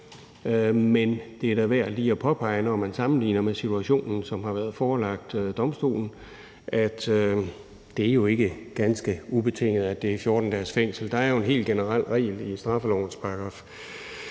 men det er da værd lige at påpege, at når man sammenligner med situationen, som har været forelagt domstolen, er det ikke ganske ubetinget, at det er 14 dages fængsel. Der er jo en helt generel regel i straffelovens §